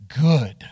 good